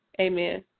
Amen